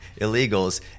illegals